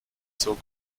zur